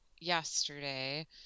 yesterday